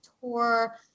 tour